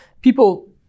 people